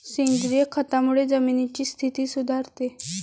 सेंद्रिय खतामुळे जमिनीची स्थिती सुधारते